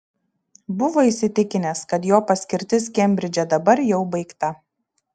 buvo įsitikinęs kad jo paskirtis kembridže dabar jau baigta